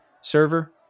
server